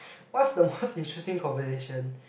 what's the most interesting conversation